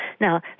Now